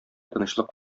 тынычлык